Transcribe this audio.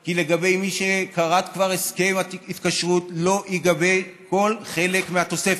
כי לגבי מי שכרת כבר הסכם התקשרות לא ייגבה כל חלק מהתוספת.